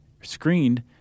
screened